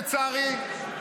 לצערי,